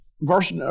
verse